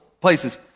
places